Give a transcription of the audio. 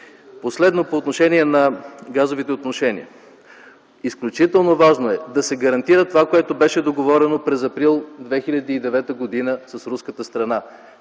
Последно, по отношение на газовите отношения. Изключително важно е да се гарантира това, което беше договорено през м. април 2009 г. с руската страна